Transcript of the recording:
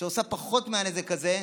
שעושה פחות מהנזק הזה,